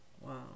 Wow